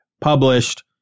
published